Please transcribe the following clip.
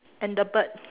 and the bird